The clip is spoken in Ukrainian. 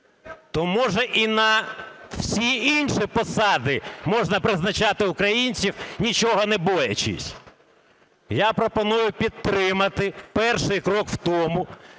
То, може, і на всі інші посади можна призначати українців, нічого не боячись? Я пропоную підтримати перший крок в тому,